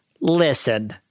listen